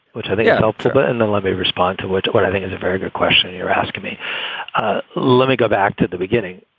which i think is helpful. but and then let me respond to what i think is a very good question. you're asking me ah let me go back to the beginning.